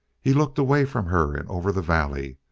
he looked away from her and over the valley.